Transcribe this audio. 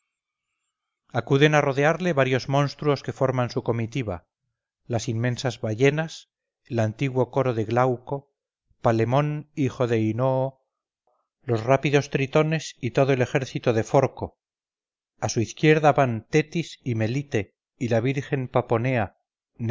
acuden a rodearle varios monstruos que forman su comitiva las inmensas ballenas el antiguo coro de glauco palemón hijo de inoo los rápidos tritones y todo el ejército de forco a su izquierda van tetis y melite y la virgen paponea